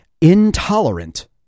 intolerant